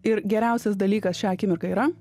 ir geriausias dalykas šią akimirką yra